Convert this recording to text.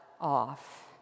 off